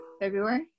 February